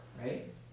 right